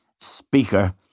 Speaker